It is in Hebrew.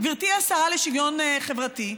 גברתי השרה לשוויון חברתי,